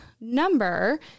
number